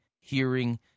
hearing